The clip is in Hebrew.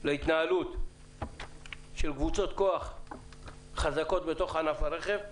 להתנהלות של קבוצות כוח חזקות בענף הרכב.